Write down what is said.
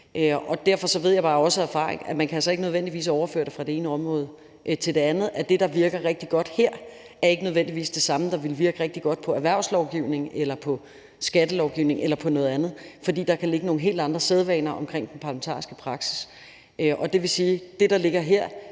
Derfor ved jeg bare også af erfaring, at man altså ikke nødvendigvis kan overføre det fra det ene område til det andet, altså at det, der virker rigtig godt her, ikke nødvendigvis er det samme, der ville virke rigtig godt på erhvervslovgivning eller på skattelovgivning eller på noget andet. For der kan ligge nogle helt andre sædvaner omkring den parlamentariske praksis. Det vil sige, at det, der ligger her,